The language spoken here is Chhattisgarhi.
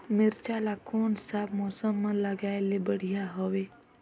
मिरचा ला कोन सा मौसम मां लगाय ले बढ़िया हवे